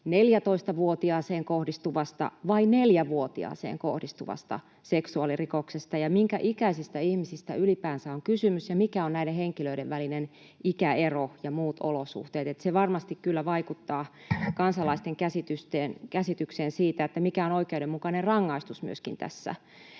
14-vuotiaaseen kohdistuvasta vai 4-vuotiaaseen kohdistuvasta seksuaalirikoksesta ja minkä ikäisistä ihmisistä ylipäänsä on kysymys ja mikä on näiden henkilöiden välinen ikäero ja muut olosuhteet. Se varmasti kyllä vaikuttaa kansalaisten käsitykseen siitä, mikä on myöskin oikeudenmukainen rangaistus tässä.